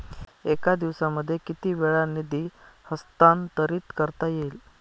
एका दिवसामध्ये किती वेळा निधी हस्तांतरीत करता येईल?